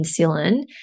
insulin